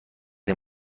این